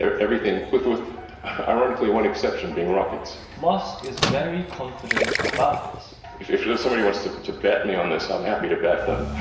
everything with with ironically one exception being rockets. musk is very confident about this. if if you know somebody wants to to bet me on this, i'm happy to bet them.